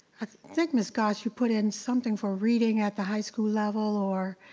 i think miss goss, you put in something for reading at the high school level or,